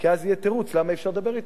כי אז יהיה תירוץ למה אי-אפשר לדבר אתם,